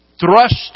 Thrust